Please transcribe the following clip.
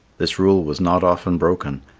this rule was not often broken,